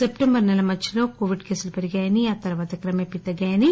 September మధ్యలో Covid కేసులు పెరిగాయని ఆ తర్వాత క్రమేపీ తగ్గాయని